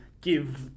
give